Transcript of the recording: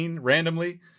randomly